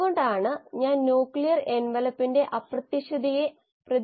കോശങ്ങളിൽ മറ്റു മെറ്റബോളിക് പാതയിലൂടെ ഇതുപോലെ ഉപയോഗപ്രദമാകാവുന്ന മറ്റു സബ്സ്ട്രേറ്റ്കൾ ഉണ്ട്